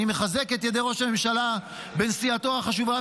אני מחזק את ידי ראש הממשלה בנסיעתו החשובה,